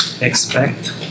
expect